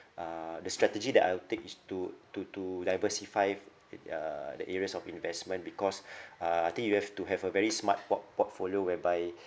uh the strategy that I'll take is to to to diversify in uh the areas of investment because uh I think you have to have a very smart port portfolio whereby